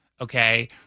Okay